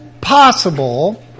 possible